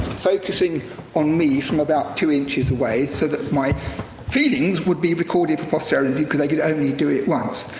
focusing on me from about two inches away, so that my feelings would be recorded for posterity, because they could only do it once.